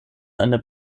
eine